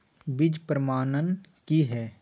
बीज प्रमाणन की हैय?